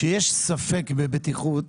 כשיש ספק בבטיחות,